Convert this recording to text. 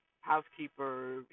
housekeeper